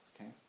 Okay